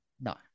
No